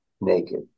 naked